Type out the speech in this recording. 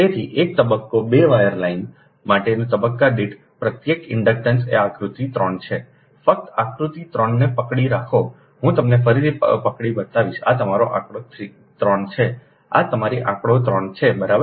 તેથી એક તબક્કો 2 વાયર લાઇન માટેના તબક્કા દીઠ પ્રત્યેક ઇન્ડક્ટન્સ કે આકૃતિ 3 છે ફક્ત આકૃતિ 3 ને પકડી રાખો હું તમને ફરીથી પકડી બતાવીશ આ તમારો આંકડો 3 છે આ તમારો આંકડો 3 છે બરાબર